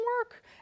work